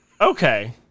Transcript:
Okay